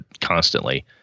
constantly